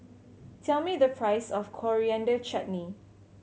tell me the price of Coriander Chutney